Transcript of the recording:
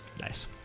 Nice